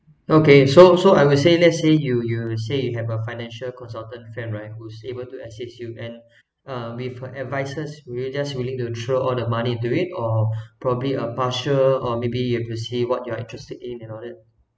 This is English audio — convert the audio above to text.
okay so so I would say let's say you you say you have a financial consultant friend right who's able to assist you and uh with her advices would you just willing to throw all the money to it or probably a partial or maybe you have to see what you're interested in and all that